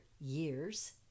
years